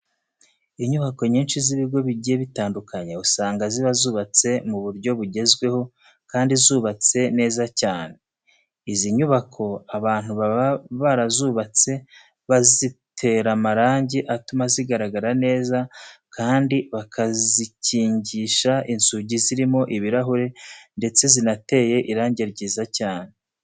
Inyubako nyinshi z'ibigo bigiye bitandukanye usanga ziba zubatse mu buryo bugezweho kandi zubatse neza cyane. Izi nyubako abantu baba barazubatse bazitera amarangi atuma zigaragara neza kandi bakazikingisha inzugi zirimo ibirahure ndetse zinateye irange ryiza cyane.